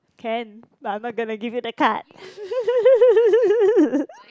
can but I'm not gonna give you the card